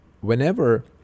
whenever